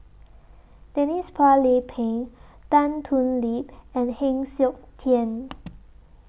Denise Phua Lay Peng Tan Thoon Lip and Heng Siok Tian